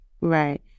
right